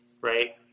right